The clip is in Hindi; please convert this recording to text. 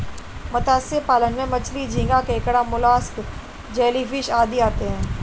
मत्स्य पालन में मछली, झींगा, केकड़ा, मोलस्क, जेलीफिश आदि आते हैं